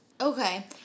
Okay